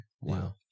wow